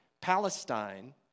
Palestine